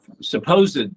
supposed